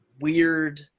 weird